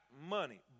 money